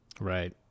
Right